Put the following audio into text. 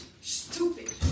Stupid